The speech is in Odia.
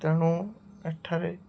ତେଣୁ ଏଠାରେ